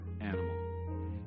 animal